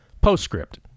Postscript